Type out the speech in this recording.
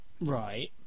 Right